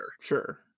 Sure